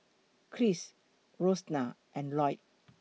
Krish Rosena and Lloyd